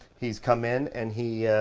he's come in and he,